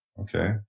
Okay